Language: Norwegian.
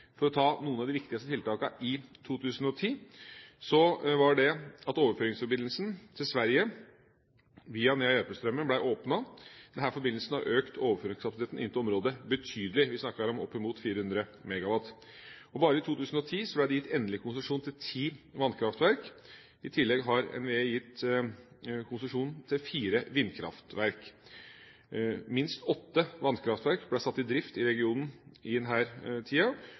For å ta noen av de viktigste tiltakene i 2010: Overføringsforbindelsen til Sverige via Nea–Järpströmmen ble åpnet. Denne forbindelse har økt overføringskapasiteten inn til området betydelig. Vi snakker om oppimot 400 MW. Bare i 2010 ble det gitt endelig konsesjon til ti vannkraftverk. I tillegg har NVE gitt konsesjon til fire vindkraftverk. Minst åtte vannkraftverk ble satt i drift i regionen i denne tida.